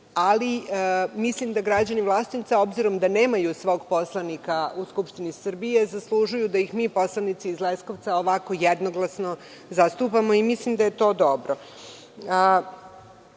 ali mislim da građani Vlasotinca, obzirom da nemaju svoj poslanika u Skupštini Srbije, zaslužuju da ih mi poslanici iz Leskovca ovako jednoglasno zastupamo. Mislim da je to dobro. Takođe